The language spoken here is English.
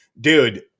dude